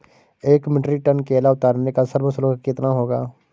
एक metric tonne केला उतारने का श्रम शुल्क कितना होगा?